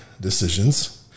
decisions